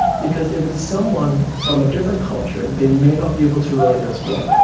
because if it's someone from a different culture, they may not be able to relate as well,